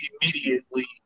immediately